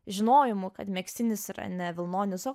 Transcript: žinojimu kad megztinis yra ne vilnonis o